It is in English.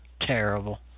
Terrible